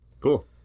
Cool